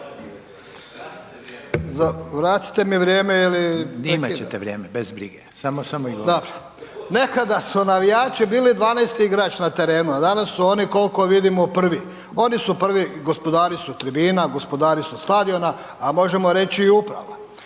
Imat ćete vrijeme. Samo izvolite.) Dobro. Nekada su navijači bili 12-ti igrač na terenu, a danas su oni koliko vidimo prvi. Oni su prvi. Gospodari su tribina, gospodari su stadiona, a možemo reći i uprava.